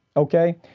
okay.